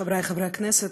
חברי חברי הכנסת,